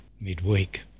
midweek